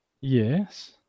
Yes